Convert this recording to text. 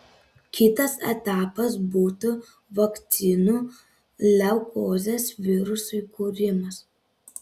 kitas etapas būtų vakcinų leukozės virusui kūrimas